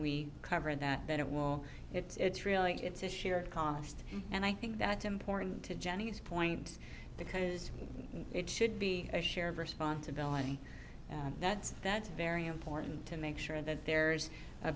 we cover that that it will it's really good to share cost and i think that's important to jenny's point because it should be a shared responsibility that's that's very important to make sure that there's a